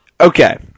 Okay